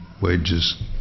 wages